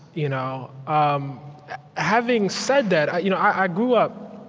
you know um having said that, i you know i grew up,